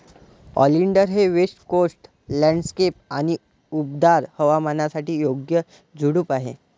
oleander हे west coast landscape आणि उबदार हवामानासाठी योग्य झुडूप आहे